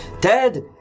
Ted